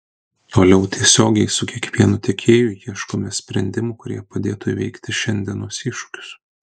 toliau tiesiogiai su kiekvienu tiekėju ieškome sprendimų kurie padėtų įveikti šiandienos iššūkius